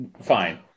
Fine